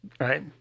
right